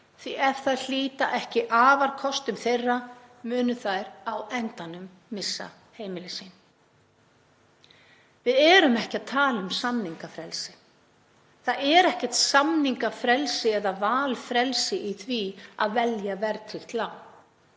því ef þær hlíta ekki afarkostum þeirra munu þær á endanum missa heimili sín. Við erum ekki að tala um samningafrelsi. Það er ekkert samningafrelsi eða valfrelsi í því að velja verðtryggt lán.